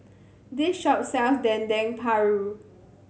this shop sells Dendeng Paru